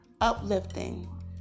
uplifting